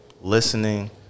listening